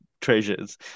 treasures